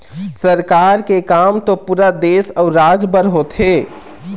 सरकार के काम तो पुरा देश अउ राज बर होथे